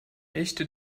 echte